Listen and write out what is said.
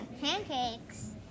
Pancakes